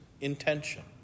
intention